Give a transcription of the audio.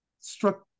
struck